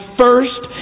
first